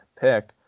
pick